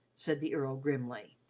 said the earl grimly.